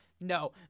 No